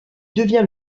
devient